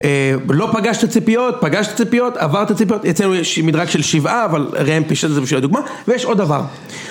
לא פגשת ציפיות, פגשת ציפיות, עברת ציפיות, אצלנו יש מדרג של שבעה אבל ראם פישט את זה בשביל הדוגמא ויש עוד דבר